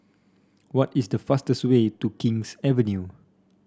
what is the fastest way to King's Avenue